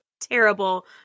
terrible